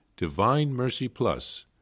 Divinemercyplus